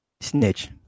snitch